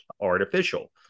artificial